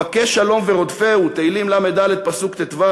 "בקש שלום ורדפהו", תהילים ל"ד, פסוק ט"ו,